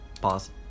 Pause